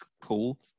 pool